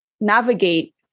navigate